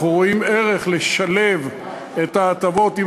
אנחנו רואים ערך בשילוב ההטבות עם